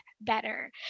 better